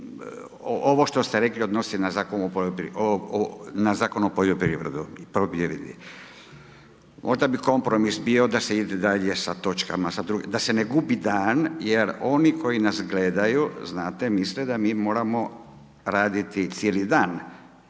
ovo što ste rekli odnosi na Zakon o poljoprivredi, možda bi kompromis bio da se ide dalje sa točkama, da se ne gubi dan jer oni koji nas gledaju znate misle da mi moramo raditi cijeli dan,